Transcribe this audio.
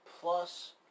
plus